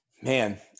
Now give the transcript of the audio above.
Man